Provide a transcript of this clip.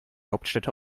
hauptstädte